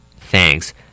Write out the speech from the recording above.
Thanks